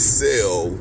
sell